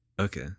Okay